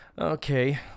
Okay